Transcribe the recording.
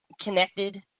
connected